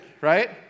right